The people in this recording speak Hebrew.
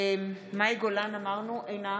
אינו